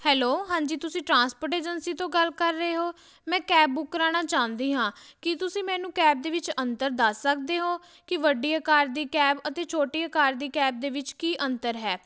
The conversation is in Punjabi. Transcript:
ਹੈਲੋ ਹਾਂਜੀ ਤੁਸੀਂ ਟਰਾਂਸਪੋਰਟ ਏਜੰਸੀ ਤੋਂ ਗੱਲ ਕਰ ਰਹੇ ਹੋ ਮੈਂ ਕੈਬ ਬੁੱਕ ਕਰਾਉਣਾ ਚਾਹੁੰਦੀ ਹਾਂ ਕੀ ਤੁਸੀਂ ਮੈਨੂੰ ਕੈਬ ਦੇ ਵਿੱਚ ਅੰਤਰ ਦੱਸ ਸਕਦੇ ਹੋ ਕਿ ਵੱਡੀ ਆਕਾਰ ਦੀ ਕੈਬ ਅਤੇ ਛੋਟੀ ਆਕਾਰ ਦੀ ਕੈਬ ਦੇ ਵਿੱਚ ਕੀ ਅੰਤਰ ਹੈ